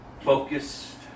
focused